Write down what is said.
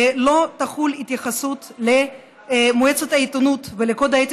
לא תחול התייחסות מועצת העיתונות והקוד האתי